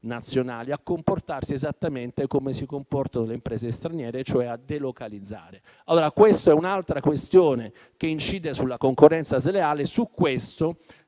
nazionali a comportarsi esattamente come si comportavano le imprese straniere, cioè a delocalizzare. Questa è un'altra questione che incide sulla concorrenza sleale, è un